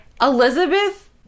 Elizabeth